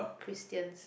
Christians